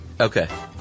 Okay